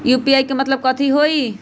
UPI के मतलब कथी होई?